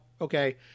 okay